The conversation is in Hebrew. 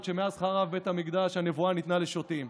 שמאז חרב בית המקדש הנבואה ניתנה לשוטים.